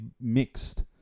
mixed